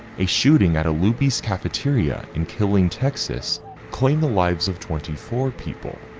a shooting at a luby's cafeteria in killeen, texas claimed the lives of twenty four people,